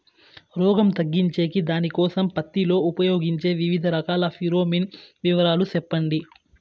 రోగం తగ్గించేకి దానికోసం పత్తి లో ఉపయోగించే వివిధ రకాల ఫిరోమిన్ వివరాలు సెప్పండి